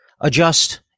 adjust